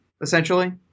essentially